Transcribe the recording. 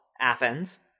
Athens